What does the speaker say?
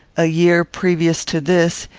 a year previous to this,